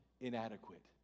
inadequate